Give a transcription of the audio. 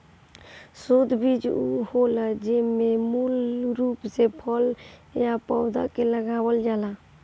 शुद्ध बीज उ होला जेमे मूल रूप से फल या पौधा के लगावल जाला